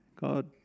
God